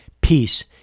peace